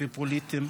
ופוליטיים,